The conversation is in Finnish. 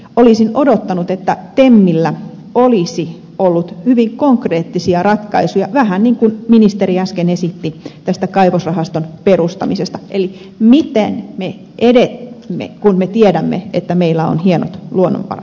olisin odottanut että temmillä olisi ollut hyvin konkreettisia ratkaisuja vähän niin kuin ministeri äsken esitti tästä kaivosrahaston perustamisesta eli miten me etenemme kun me tiedämme että meillä on hienot luonnonvarat